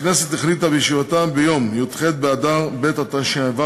הכנסת החליטה בישיבתה ביום י"ח באדר ב' התשע"ו,